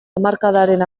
hamarkadaren